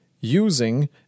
using